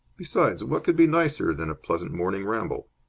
besides, what could be nicer than a pleasant morning ramble?